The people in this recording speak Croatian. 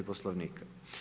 Poslovnika.